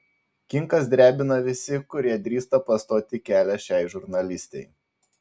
kinkas drebina visi kurie drįsta pastoti kelią šiai žurnalistei